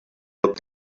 looked